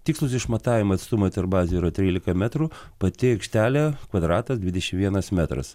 tikslūs išmatavimai atstumai tarp bazių yra trylika metrų pati aikštelė kvadratas dvidešim vienas metras